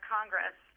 Congress